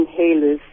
inhalers